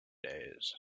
days